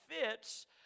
fits